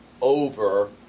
over